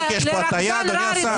יש פה הטעיה, אדוני השר.